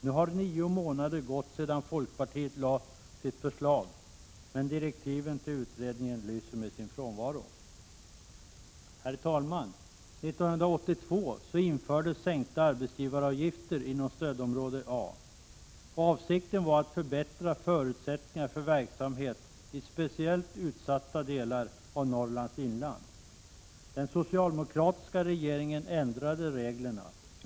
Nu har nio månader gått sedan folkpartiet lade sitt förslag, men direktiven till utredningen lyser med sin frånvaro. Herr talman! 1982 infördes sänkta arbetsgivaravgifter inom stödområde A. Avsikten var att förbättra förutsättningarna för verksamhet i speciellt utsatta delar av Norrlands inland. Den socialdemokratiska regeringen ändrade reglerna.